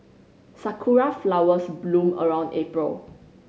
sakura flowers bloom around April